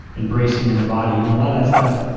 embracing in the body you know, a lot of that stuff,